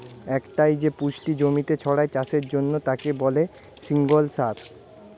একটাই যে পুষ্টি জমিতে ছড়ায় চাষের জন্যে তাকে বলে সিঙ্গল সার